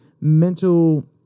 mental